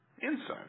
inside